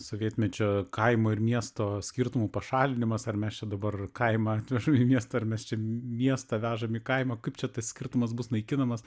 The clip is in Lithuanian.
sovietmečio kaimo ir miesto skirtumų pašalinimas ar mes čia dabar kaimą atvežam į miestą ar mes čia miestą vežam į kaimą kaip čia tas skirtumas bus naikinamas